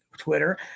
twitter